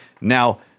now